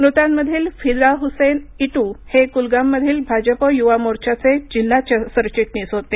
मृतामधील फिदा हुसेन इटू हे कुलगाममधील भाजप युवा मोर्चाचे जिल्हा सरचिटणीस होते